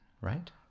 right